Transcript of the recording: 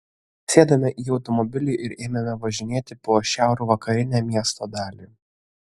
sėdome į automobilį ir ėmėme važinėti po šiaurvakarinę miesto dalį